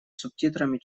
субтитрами